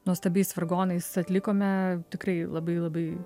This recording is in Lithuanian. nuostabiais vargonais atlikome tikrai labai labai